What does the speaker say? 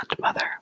mother